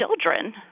children